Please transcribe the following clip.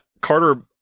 Carter